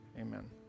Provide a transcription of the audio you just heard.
Amen